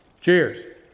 Cheers